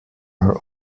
are